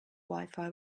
wifi